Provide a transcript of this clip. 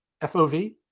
FOV